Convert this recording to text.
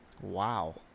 Wow